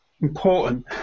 important